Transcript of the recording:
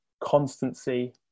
constancy